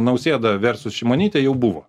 nausėda versus šimonytė jau buvo